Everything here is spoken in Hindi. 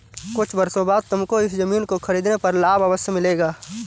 कुछ वर्षों बाद तुमको इस ज़मीन को खरीदने पर लाभ अवश्य मिलेगा